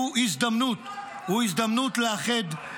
הוא הזדמנות לאחד,